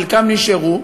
חלקם נשארו.